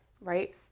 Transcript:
right